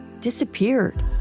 disappeared